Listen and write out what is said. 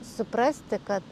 suprasti kad